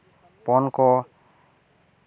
ᱯᱚᱱ ᱠᱚ